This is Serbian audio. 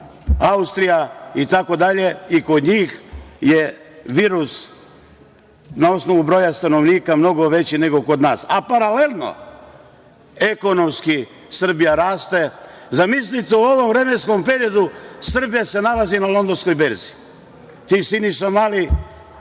Austrija itd, kod njih je virus na osnovu broja stanovnika mnogo veći nego kod nas, a paralelno Srbija ekonomski raste. Zamislite u ovom vremenskom periodu Srbija se nalazi na Londonskoj berzi. Ti, Siniša Mali,